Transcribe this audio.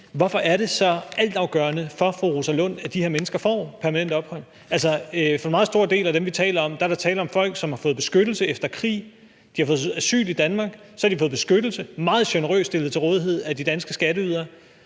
Hvorfor er det så altafgørende for fru Rosa Lund, at de her mennesker får permanent ophold? Altså, for en meget stor del af dem, vi taler om, er der tale om folk, som har fået beskyttelse efter krig; de har fået asyl i Danmark, og så har de meget generøst fået beskyttelse stillet til rådighed af de danske skatteydere;